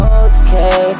okay